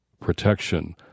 protection